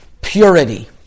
purity